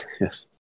yes